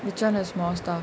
which one has more stuff